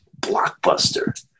blockbuster